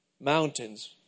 Mountains